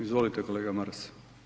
Izvolite, kolega Maras.